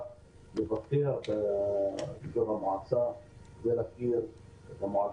לבקר באזור המועצה ולהכיר את המועצה מקרוב.